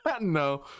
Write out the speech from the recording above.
No